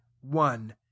one